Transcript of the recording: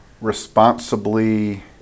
responsibly